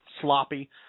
sloppy